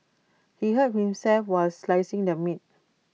he hurt himself while slicing the meat